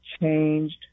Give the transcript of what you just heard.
changed